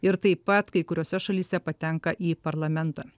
ir taip pat kai kuriose šalyse patenka į parlamentą